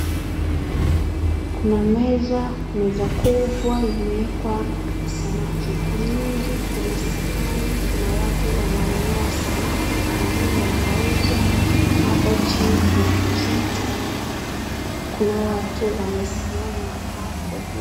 kuna meza , meza kubwa imeekwa samaki nyingi kuna sahani kuna watu wanunua samaki wengine wanauza hapo chini kuna kiti kuna watu wamesimama hapo juu